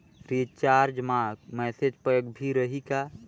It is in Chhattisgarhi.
रिचार्ज मा मैसेज पैक भी रही का?